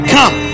Come